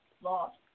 Lost